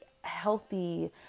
healthy